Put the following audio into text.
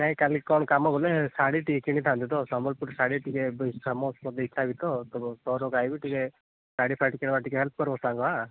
ନାଇଁ କାଲି କଣ କାମ ବୋଲେ ଶାଢ଼ୀ ଟିକିଏ କିଣିଥାନ୍ତି ତ ସମ୍ବଲପୁରୀ ଶାଢ଼ୀ ଟିକିଏ ଫେମସ୍ ମୋର ବି ଇଚ୍ଛା ବି ତୋ ସହରକୁ ଆଇବି ଟିକିଏ ଶାଢ଼ୀଫାଡ଼ି କିଣିବା ଟିକିଏ ହେଲ୍ପ କରିବୁ ସାଙ୍ଗ ଆଁ